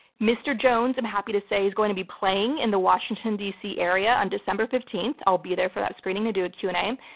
mr. jones, i'm happy to say, is going to be playing in the washington d. c. area on december fifteenth. i'll be there for that screening to do a q and a. and